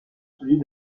soulier